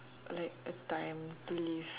like a time to live